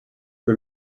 que